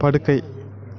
படுக்கை